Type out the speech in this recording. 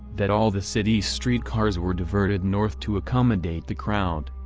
that all the city's streetcars were diverted north to accommodate the crowd.